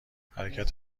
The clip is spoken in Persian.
حرکت